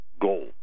gold